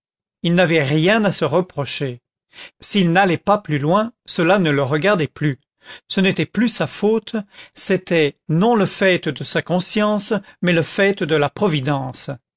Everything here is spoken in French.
il n'avait rien à se reprocher s'il n'allait pas plus loin cela ne le regardait plus ce n'était plus sa faute c'était non le fait de sa conscience mais le fait de la providence